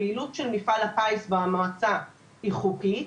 הפעילות של מפעל הפיס במועצה היא חוקית,